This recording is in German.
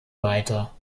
weiter